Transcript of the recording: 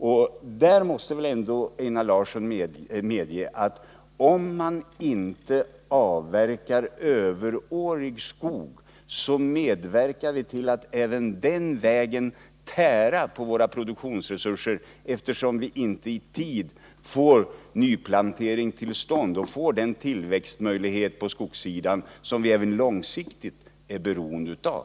Einar Larsson måste väl ändå medge att om man inte avverkar överårig skog, så medverkar man den vägen till att tära på våra produktionsresurser, eftersom vi då inte i tid får till stånd nyplantering och den tillväxt av skogen som vi även långsiktigt är beroende av.